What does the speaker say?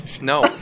No